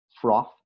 froth